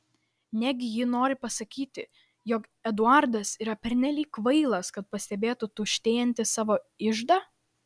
negi ji nori pasakyti jog eduardas yra pernelyg kvailas kad pastebėtų tuštėjantį savo iždą